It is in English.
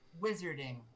wizarding